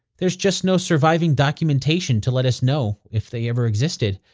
there's just no surviving documentation to let us know if they ever existed.